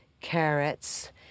carrots